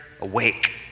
Awake